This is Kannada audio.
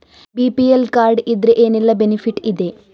ಬಿ.ಪಿ.ಎಲ್ ಕಾರ್ಡ್ ಇದ್ರೆ ಏನೆಲ್ಲ ಬೆನಿಫಿಟ್ ಇದೆ?